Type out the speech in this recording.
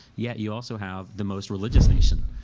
yet, you also have the most religious nation.